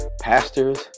pastors